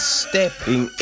stepping